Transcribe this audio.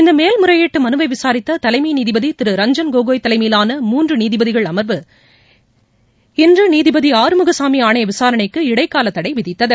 இந்த மேல்முறையீட்டு மனுவை விசாரித்த தலைமை நீதிபதி திரு ரஞ்ஜன் கோகோய் தலைமையிலான மூன்று நீதிபதிகள் அம்வு இன்று நீதிபதி ஆறுமுகசாமி ஆணைய விசாரணைக்கு இடைக்கால தடை விதித்தது